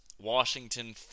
Washington